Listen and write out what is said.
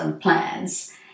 plans